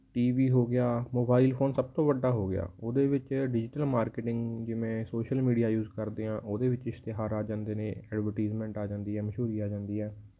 T V ਹੋ ਗਿਆ mobile phone ਸਭ ਤੋਂ ਵੱਡਾ ਹੋ ਗਿਆ ਉਹਦੇ ਵਿੱਚ ਡਿਜੀਟਲ ਮਾਰਕੀਟਿੰਗ ਜਿਵੇਂ ਸੋਸ਼ਲ ਮੀਡੀਆ ਯੂਸ ਕਰਦੇ ਹਾਂ ਉਹਦੇ ਵਿੱਚ ਇਸ਼ਤਿਹਾਰ ਆ ਜਾਂਦੇ ਨੇ ਐਡਵਰਟੀਜਮੈਂਟ ਆ ਜਾਂਦੀ ਹੈ ਮਸ਼ਹੂਰੀ ਆ ਜਾਂਦੀ ਹੈ